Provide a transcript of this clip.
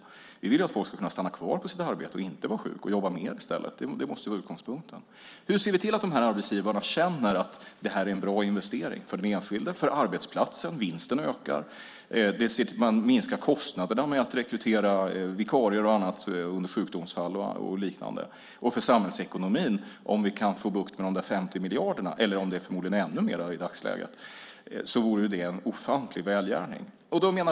Vi vill att folk ska stanna kvar på sina arbeten, inte bli sjuka och jobba mer. Det måste vara utgångspunkten. Hur ser vi till att arbetsgivarna känner att det är en bra investering för den enskilde, för arbetsplatsen, att vinsten ökar, att kostnaderna minskar för att rekrytera vikarier vid sjukdomsfall? Om vi kan få bukt med de 50 miljarderna - eller förmodligen ännu mer i dagsläget - vore det en ofantlig välgärning för samhällsekonomin.